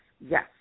yes